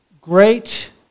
great